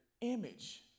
image